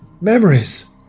memories